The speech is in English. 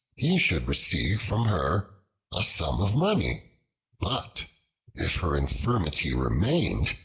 he should receive from her a sum of money but if her infirmity remained,